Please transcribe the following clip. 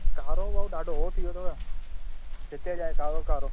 कारो वारो ॾाढो उहो थी वियो अथव जिते जाए कारो कारो